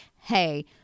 hey